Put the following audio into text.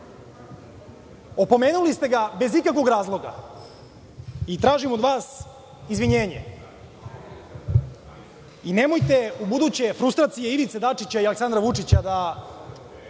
Opomenuli ste ga bez ikakvog razloga i tražim od vas izvinjenje. Nemojte ubuduće frustracije Ivice Dačića i Aleksandra Vučića da